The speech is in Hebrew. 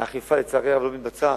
אכיפה, לצערי הרב, לא מתבצעת.